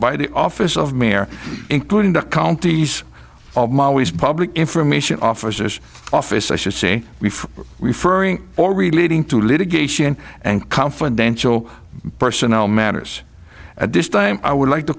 by the office of mayor including the county's public information officers office i should say we referring all relating to litigation and confidential personnel matters at this time i would like to